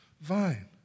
vine